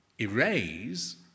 erase